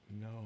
no